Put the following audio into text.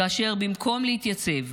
כאשר במקום להתייצב,